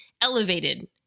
elevated